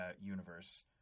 universe